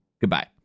Goodbye